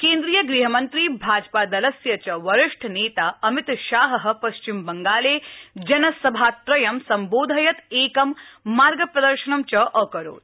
केन्द्रीय गृहमन्त्री भाजपा दलस्य च वरिष्ठ नेता अमितशाह पश्चिम बंगाले जनसभात्रयं सम्बोधयत एकं मार्गप्रदर्शन च अकरोत्